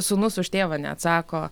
sūnus už tėvą neatsako